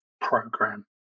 program